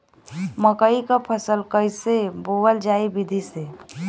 मकई क फसल कईसे बोवल जाई विधि से?